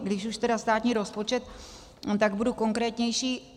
Když už tedy státní rozpočet, tak budu konkrétnější.